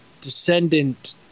descendant